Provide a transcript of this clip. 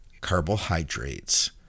carbohydrates